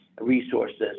resources